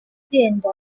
igenda